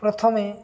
ପ୍ରଥମେ